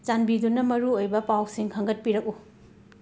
ꯆꯥꯟꯕꯤꯗꯨꯅ ꯃꯔꯨ ꯑꯣꯏꯕ ꯄꯥꯎꯁꯤꯡ ꯈꯟꯒꯠꯄꯤꯔꯛꯎ